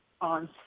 on